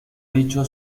dicho